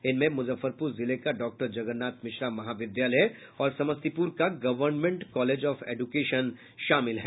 इनमें मुजफ्फरपुर जिले का डॉक्टर जगन्नाथ मिश्रा महाविद्यालय और समस्तीपुर का गर्वनमेंट कॉलेज ऑफ एजुकेशन है